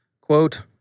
Quote